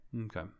Okay